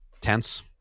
Tense